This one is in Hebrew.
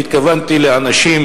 אני התכוונתי לאנשים,